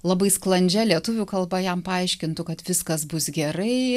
labai sklandžia lietuvių kalba jam paaiškintų kad viskas bus gerai